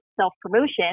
self-promotion